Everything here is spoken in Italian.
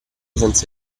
senza